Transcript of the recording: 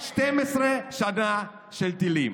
12 שנה של טילים.